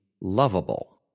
lovable